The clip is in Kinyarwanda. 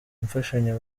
imfashanyo